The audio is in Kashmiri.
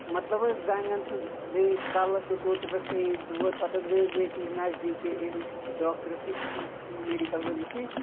مطلب حظ زَنٛگَن تہٕ بیٚیہِ کَلَس اوس اوترٕ پٮ۪ٹھ صحیح دود پتہٕ حظ گٔیس ییٚتی نزدیٖک أمِس ڈاکٹرَس نِش میڈِکَل وٲلِس نِش